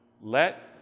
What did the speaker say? let